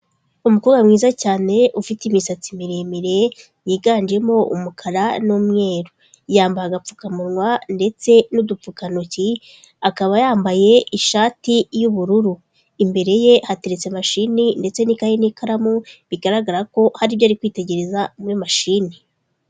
Umukobwa mwiza cyane ufite imisatsi miremire yiganjemo umukara n'umweru. Yambaye agapfukamunwa ndetse n'udupfukantoki akaba yambaye ishati y'ubururu, imbere ye hateretse mashini ndetse n'ikayi n'ikaramu bigaragara ko hari ibyo ari kwitegereza muri machini.